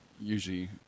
usually